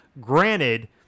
granted